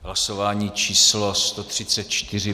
Hlasování číslo 134.